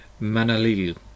manalil